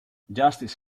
justice